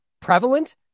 prevalent